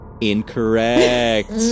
incorrect